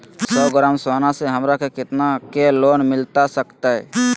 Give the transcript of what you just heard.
सौ ग्राम सोना से हमरा कितना के लोन मिलता सकतैय?